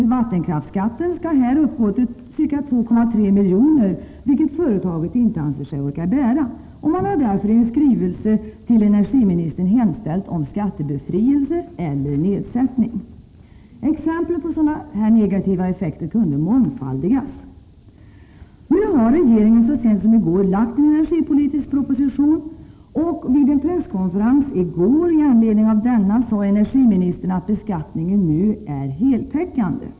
Vattenkraftsskatten uppgår till ca 2,3 milj.kr., en summa som företaget inte anser sig orka bära. Man har därför i skrivelse till energiministern hemställt om skattebefrielse eller nedsättning. Exemplen på sådana här negativa effekter kunde mångfaldigas. Nu har regeringen så sent som i går lagt fram en energipolitisk proposition. Vid en presskonferens med anledning av denna proposition sade energiministern att beskattningen nu är heltäckande.